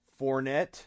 Fournette